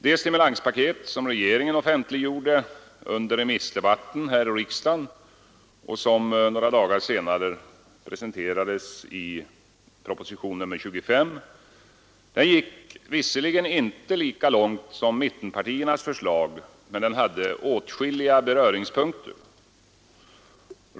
Det stimulanspaket som regeringen offentliggjorde under remissdebatten här i riksdagen och som några dagar senare preciserades i proposition nr 25 gick visserligen inte lika långt som mittenpartiernas förslag men hade åtskilliga beröringspunkter med detta.